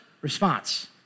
response